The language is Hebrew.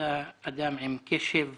ביקרתי כאן